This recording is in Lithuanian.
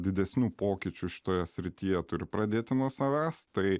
didesnių pokyčių šitoje srityje turi pradėti nuo savęs tai